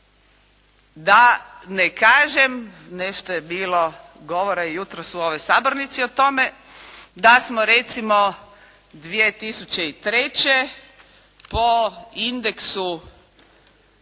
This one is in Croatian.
Da ne kažem nešto je bilo govora i jutros u ovoj sabornici o tome da smo recimo 2003. po indeksu